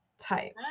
type